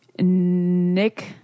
Nick